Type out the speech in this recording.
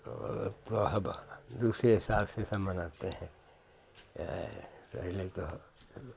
और अब तो सब दूसरे हिसाब से सब मनाते हैं या पहले तो